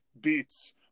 beats